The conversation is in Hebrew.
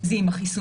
זה עם החיסונים.